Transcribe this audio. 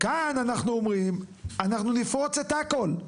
כאן אנחנו אומרים אנחנו נפרוץ את הכול.